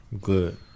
Good